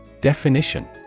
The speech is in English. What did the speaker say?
Definition